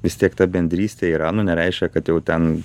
vis tiek ta bendrystė yra nu nereiškia kad jau ten